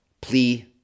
plea